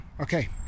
Okay